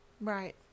Right